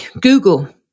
Google